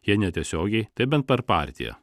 jei netiesiogiai tai bent per partiją